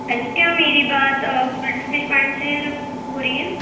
hello کیا میری بات اکبر فش پوائنٹ سے ہو رہی ہے